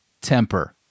Temper